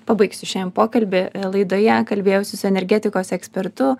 pabaigsiu šiandien pokalbį laidoje kalbėjausi su energetikos ekspertu